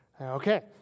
Okay